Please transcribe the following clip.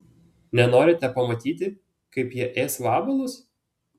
nenorite pamatyti kaip jie ės vabalus